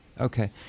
okay